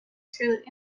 through